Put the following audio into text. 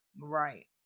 Right